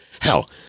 Hell